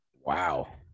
wow